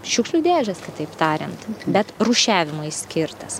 šiukšlių dėžes kitaip tariant bet rūšiavimui skirtas